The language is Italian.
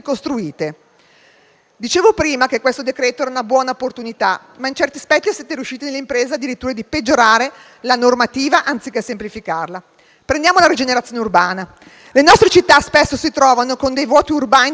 Dicevo prima che questo decreto era una buona opportunità, ma su certi aspetti siete riusciti addirittura nell'impresa di peggiorare la normativa, anziché semplificarla. Prendiamo la rigenerazione urbana: le nostre città spesso si trovano con dei vuoti urbani da rigenerare,